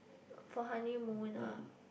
for honeymoon ah